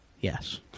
Yes